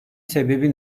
sebebi